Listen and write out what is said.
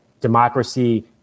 democracy